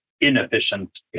inefficient